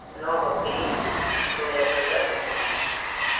नओ अप्रैल दू हजार पन्द्रह